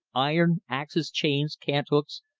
iron, axes, chains, cant-hooks,